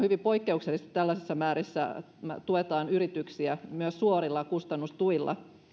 hyvin poikkeuksellista että tällaisissa määrissä tuetaan yrityksiä myös suorilla kustannustuilla